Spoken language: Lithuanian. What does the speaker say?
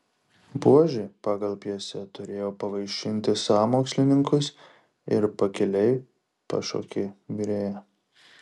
buožė pagal pjesę turėjo pavaišinti sąmokslininkus ir pakiliai pašaukė virėją